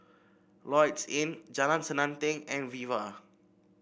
Lloyds Inn Jalan Selanting and Viva